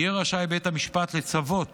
יהיה רשאי בית המשפט לצוות